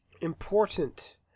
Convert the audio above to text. important